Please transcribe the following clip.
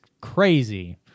crazy